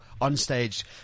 on-stage